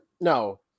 No